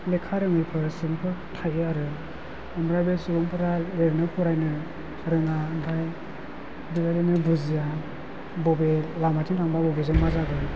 लेखा रोङैफोर सुबुंफोर थायो आरो ओमफ्राय बे सुबुंफोरा लिरनो फरायनो रोङा ओमफ्राय बेबादिनो बुजिया बबे लामाथिं थांबा बबेथिं मा जागोन